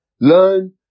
Learn